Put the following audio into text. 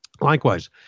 Likewise